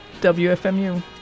WFMU